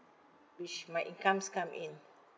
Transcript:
which my incomes come in